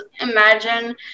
imagine